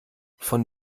von